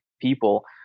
people